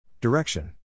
Direction